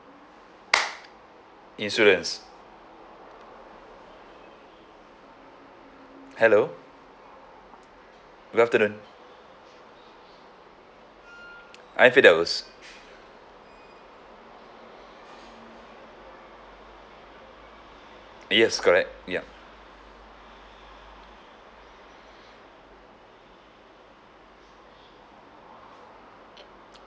insurance hello good afternoon I'm firdaus yes correct ya